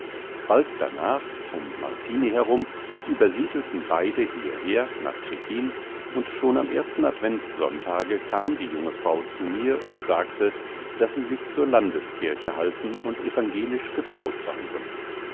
bald danach um martini herum übersiedelten beide hierher nach tschechin und schon am ersten advents sonntage kam die junge frau zu mir und sagte daß sie sich zur landeskirche halten und evangelisch getraut sein wolle